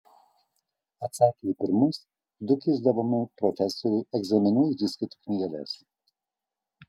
atsakę į pirmus du kišdavome profesoriui egzaminų ir įskaitų knygeles